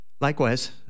Likewise